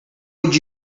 would